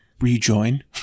rejoin